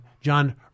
John